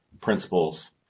principles